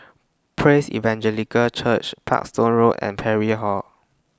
Praise Evangelical Church Parkstone Road and Parry Hall